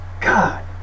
God